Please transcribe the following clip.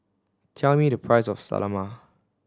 tell me the price of Salami